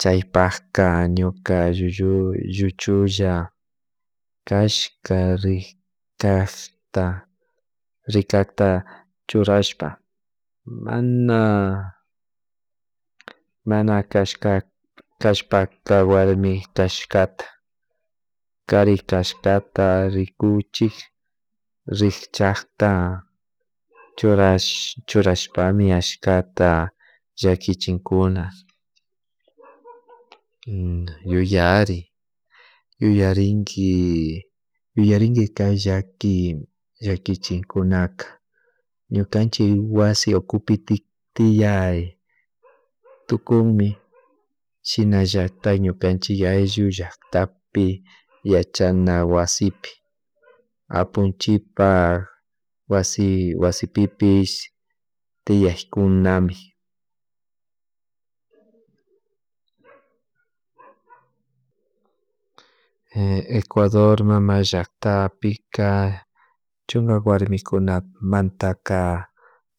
Chaypaka ñuka llullu lluchulla cashka rikchasta rikata churashpa mana mana cashpa warmi cashkata kari cashkata rikuychik rikchakta churash churashpami ashkata llakichinkuna yuyari yuyarinki yuyarinki kay llakichinkunka ñukanchik wasi ukupi tiyay tukunmi shinallatak ñukunchik ayllu llaktapi yachana wasipi apunchikpak wasi wasipipish tiaykunami, ecudor mama llaktapika chunka warmikunamantaka